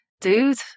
dude